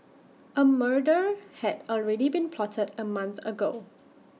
A murder had already been plotted A month ago